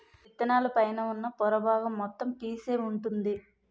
విత్తనాల పైన ఉన్న పొర బాగం మొత్తం పీసే వుంటుంది